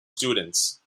students